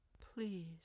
Please